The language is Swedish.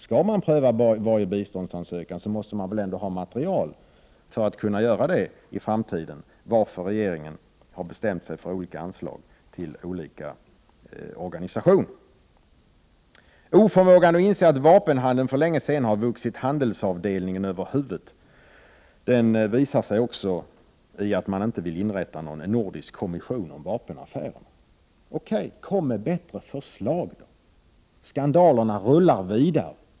Skall man pröva varje biståndsansökan, så måste man väl ändå ha material för att kunna göra det i framtiden och få klarhet i varför regeringen har bestämt sig för olika anslag till olika organisationer. Oförmågan att inse att vapenhandeln för länge sedan har vuxit handelsavdelningen på UD över huvudet visar sig också i att man inte vill inrätta en nordisk kommission om vapenaffärerna. Okej - kom med bättre förslag! Skandalerna rullar vidare.